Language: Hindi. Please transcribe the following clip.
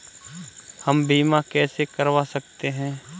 हम बीमा कैसे करवा सकते हैं?